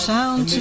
Sound